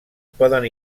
poden